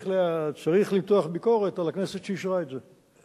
צריך למתוח ביקורת על הכנסת שאישרה את זה.